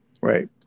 Right